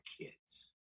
kids